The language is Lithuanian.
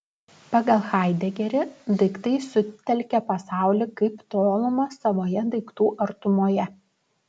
pagal haidegerį daiktai sutelkia pasaulį kaip tolumą savoje daiktų artumoje